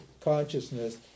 consciousness